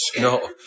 No